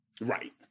Right